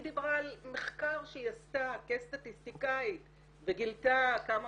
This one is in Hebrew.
היא דיברה על מחקר שהיא עשתה כסטטיסטיקאית וגילתה כמה